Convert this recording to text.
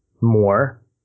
more